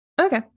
Okay